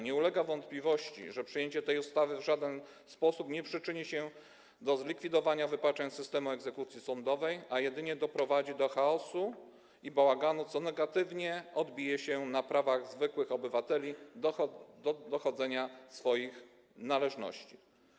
Nie ulega wątpliwości, że przyjęcie tej ustawy w żaden sposób nie przyczyni się do zlikwidowania wypaczeń systemu egzekucji sądowej, a jedynie doprowadzi do chaosu i bałaganu, co negatywnie odbije się na prawach zwykłych obywateli do dochodzenia swoich należności.